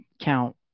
count